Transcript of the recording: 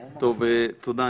תודה.